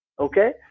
Okay